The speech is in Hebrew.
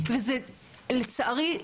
לצערי,